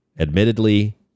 admittedly